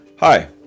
Hi